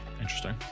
interesting